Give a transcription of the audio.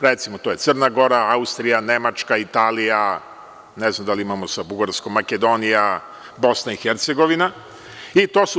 Recimo, to je Crna Gora, Austrija, Nemačka, Italija, ne znam da li imamo sa Bugarskom, Makedonija, Bosna i Hercegovina.